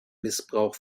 missbrauch